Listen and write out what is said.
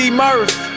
murph